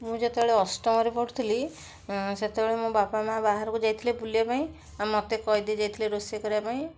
ମୁଁ ଯେତେବେଳେ ଅଷ୍ଟମରେ ପଢ଼ୁଥିଲି ସେତେବେଳେ ମୋ ବାପା ମା' ବାହାରକୁ ଯାଇଥିଲେ ବୁଲିବା ପାଇଁ ଆଉ ମୋତେ କହିଦେଇ ଯାଇଥିଲେ ରୋଷେଇ କରିବା ପାଇଁ